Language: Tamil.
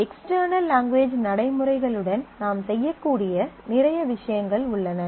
எக்ஸ்டெர்னல் லாங்குவேஜ் நடைமுறைகளுடன் நாம் செய்யக்கூடிய நிறைய விஷயங்கள் உள்ளன